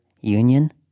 Union